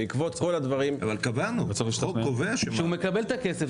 הוא מקבל את הכסף.